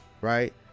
right